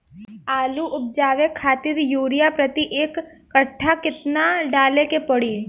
आलू उपजावे खातिर यूरिया प्रति एक कट्ठा केतना डाले के पड़ी?